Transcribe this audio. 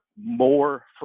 more